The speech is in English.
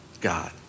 God